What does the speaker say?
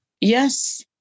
Yes